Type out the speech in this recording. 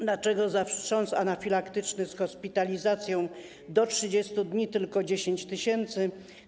Dlaczego za wstrząs anafilaktyczny z hospitalizacją do 30 dni będzie tylko 10 tys.